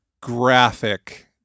graphic